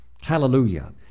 Hallelujah